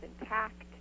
intact